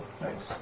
Thanks